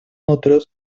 otros